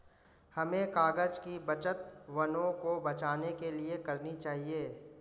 हमें कागज़ की बचत वनों को बचाने के लिए करनी चाहिए